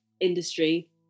industry